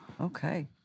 Okay